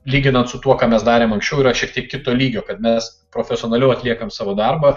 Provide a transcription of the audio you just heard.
lyginant su tuo ką mes darėm anksčiau yra šiek tiek kito lygio kad mes profesionaliau atliekam savo darbą